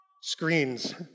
Screens